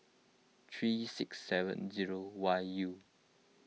three six seven zero Y U